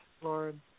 Lord